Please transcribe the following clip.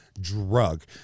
drug